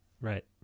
Right